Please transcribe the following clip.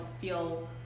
feel